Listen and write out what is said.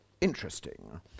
interesting